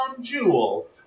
jewel